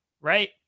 Right